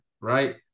right